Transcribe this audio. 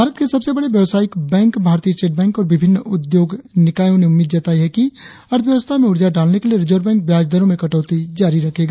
भारत के सबसे बड़े व्यावसायिक बैंक भारतीय स्टेट बैंक और विभिन्न उद्योग निकायों ने उम्मीद जताई है कि अर्थव्यवस्था में ऊर्जा डालने के लिए रिजर्व बैंक ब्याज दरों में कटौती जारी रखेगा